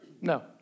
No